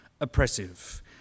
oppressive